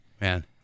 Man